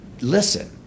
listen